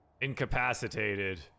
incapacitated